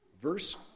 verse